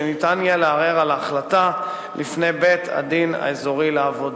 שיהיה אפשר לערער על ההחלטה לפני בית-הדין האזורי לעבודה.